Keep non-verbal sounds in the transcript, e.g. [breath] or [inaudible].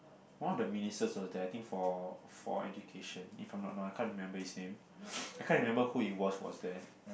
one of the ministers was there I think for for education if I'm not wrong I can't remember his name [breath] I can't remember who it was was there